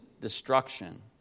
destruction